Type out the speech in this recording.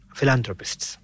Philanthropists